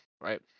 Right